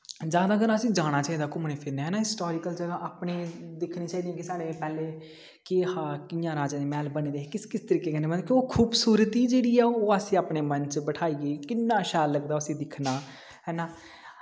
ज्यादाकर अस जाना चाहिदा घूमने फिरने गी हैना हिस्टारिकल जगह् अपनी फ्ही दिक्खनी चाहिदी कि साढ़े कि साढ़े पैह्लें केह् हा कि'यां राजें दे मैह्ल बने दे किस किस तरीके कन्नै ओह् खूबसूरती जेह्ड़ी ऐ ओह् असें अपने मन च बठाई किन्ना शैल लगदा उसी दिक्खना है ना